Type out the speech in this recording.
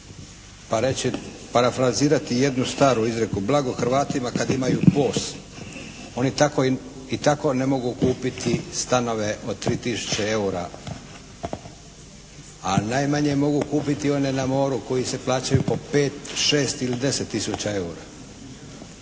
pa reći, parafrazirati jednu staru izreku: «Blago Hrvatima kad imaju POS». Oni tako i tako ne mogu kupiti stanove od 3 tisuće EUR-a a najmanje mogu platiti one na moru koji se plaćaju po 5, 6 ili 10 tisuća EUR-a.